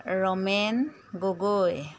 Ramen Gogoi